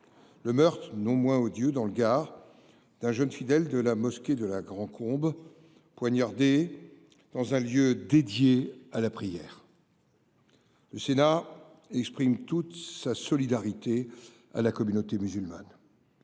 Le meurtre non moins odieux dans le gare d'un jeune fidèle de la mosquée de la Grande Combe poignardée dans un lieu dédié à la prière. Le Sénat exprime toute sa solidarité à la communauté musulmane.